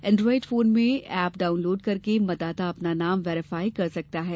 Android phone में app download करके मतदाता अपना नाम वैरीफाई कर सकता है